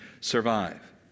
survive